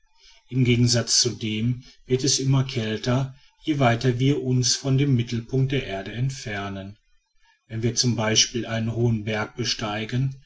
im gegensatz zu dem wird es immer kälter je weiter wie uns von dem mittelpunkt der erde entfernen wenn wir z b einen hohen berg besteigen